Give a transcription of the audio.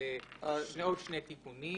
שני תיקונים.